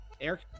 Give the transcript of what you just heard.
Eric